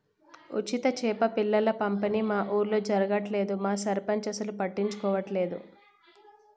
ఉచిత చేప పిల్లల పంపిణీ మా ఊర్లో జరగట్లేదు మా సర్పంచ్ అసలు పట్టించుకోవట్లేదు